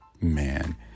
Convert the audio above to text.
man